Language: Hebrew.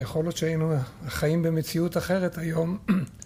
יכול להיות שהיינו חיים במציאות אחרת היום